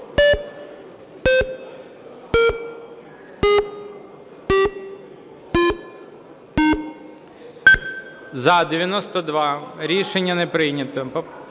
За-95 Рішення не прийнято.